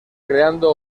creando